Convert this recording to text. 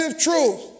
truth